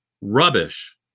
rubbish